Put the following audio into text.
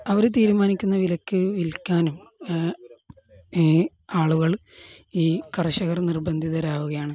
അവർ തീരുമാനിക്കുന്ന വിലക്ക് വിൽക്കാനും ഈ ആളുകൾ ഈ കർഷകർ നിർബന്ധിതരാവുകയാണ്